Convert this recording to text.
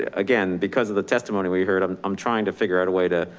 yeah again, because of the testimony we heard, i'm i'm trying to figure out a way to